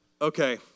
Okay